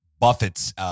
Buffett's